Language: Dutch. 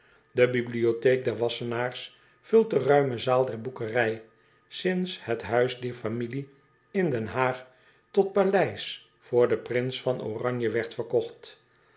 e bibliotheek der assenaers vult de ruime zaal der boekerij sints het huis dier familie in den aag tot paleis voor den prins van ranje werd verkocht